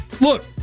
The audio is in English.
look